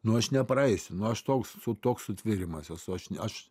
nu aš nepraeisiu nu aš toks su toks sutvėrimas esu aš aš